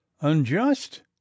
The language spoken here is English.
unjust